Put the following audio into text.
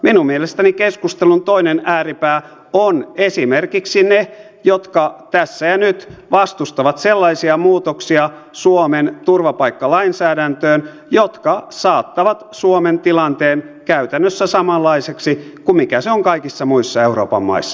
minun mielestäni keskustelun toinen ääripää ovat esimerkiksi ne jotka tässä ja nyt vastustavat sellaisia muutoksia suomen turvapaikkalainsäädäntöön jotka saattavat suomen tilanteen käytännössä samanlaiseksi kuin mikä se on kaikissa muissa euroopan maissa